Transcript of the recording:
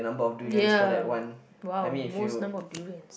ya !wow! most number of durians